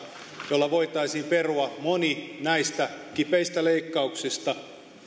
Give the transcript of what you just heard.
millä voitaisiin perua moni näistä kipeistä leikkauksista